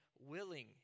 willing